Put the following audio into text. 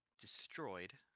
destroyed